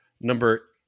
Number